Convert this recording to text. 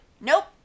nope